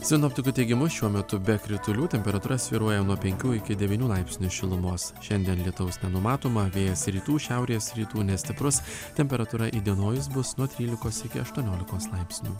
sinoptikų teigimu šiuo metu be kritulių temperatūra svyruoja nuo penkių iki devynių laipsnių šilumos šiandien lietaus nenumatoma vėjas rytų šiaurės rytų nestiprus temperatūra įdienojus bus nuo trylikos iki aštuoniolikos laipsnių